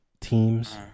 teams